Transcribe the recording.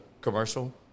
commercial